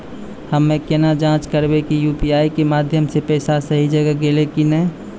हम्मय केना जाँच करबै की यु.पी.आई के माध्यम से पैसा सही जगह गेलै की नैय?